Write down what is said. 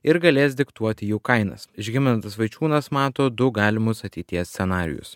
ir galės diktuoti jų kainas žygimantas vaičiūnas mato du galimus ateities scenarijus